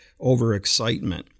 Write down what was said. overexcitement